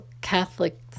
Catholic